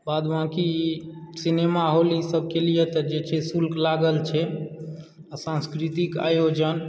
बाद बाकी cinema hall ई सभके लिअ तऽ जे छै शुल्क लागल छै आ सांस्कृतिक आयोजन